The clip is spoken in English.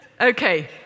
Okay